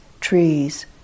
trees